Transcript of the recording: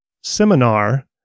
seminar